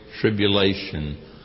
tribulation